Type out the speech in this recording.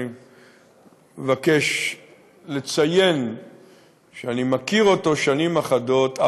אני מבקש לציין שאני מכיר אותו שנים אחדות,